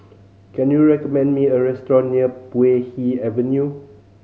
can you recommend me a restaurant near Puay Hee Avenue